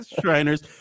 shriners